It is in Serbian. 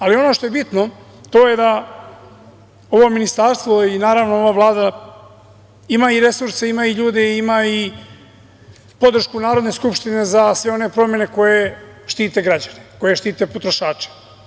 Ali, ono što je bitno to je da ovo Ministarstvo i naravno ova Vlada ima i resurse, ima i ljude, ima i podršku Narodne skupštine za sve one promene koje štite građane, koje štite potrošače.